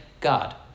God